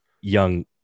young